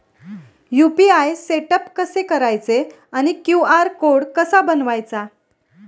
UPI setup कसे करायचे आणि क्यू.आर कोड कसा बनवायचा?